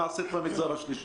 שנעשית במגזר השלישי.